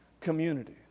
community